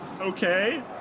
okay